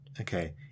Okay